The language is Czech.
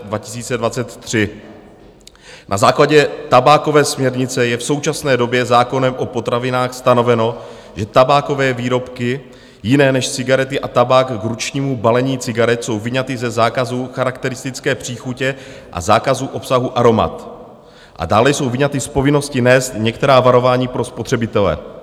Na základě tabákové směrnice je v současné době zákonem o potravinách stanoveno, že tabákové výrobky jiné než cigarety a tabák k ručnímu balení cigaret jsou vyňaty ze zákazu charakteristické příchuti a zákazu obsahu aromat a dále jsou vyňaty z povinnosti nést některá varování pro spotřebitele.